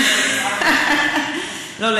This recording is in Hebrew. לפחות, כל פעם הערבים אשמים, לא.